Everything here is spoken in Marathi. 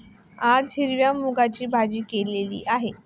आज हिरव्या मूगाची भाजी केलेली आहे